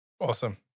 Awesome